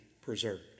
preserved